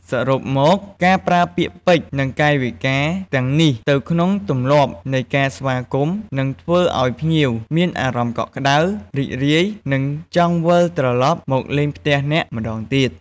សរុបមកការប្រើពាក្យពេចន៍ និងកាយវិការទាំងនេះទៅក្នុងទម្លាប់នៃការស្វាគមន៍ នឹងធ្វើឲ្យភ្ញៀវមានអារម្មណ៍កក់ក្តៅ រីករាយ និងចង់វិលត្រឡប់មកលេងផ្ទះអ្នកម្ដងទៀត។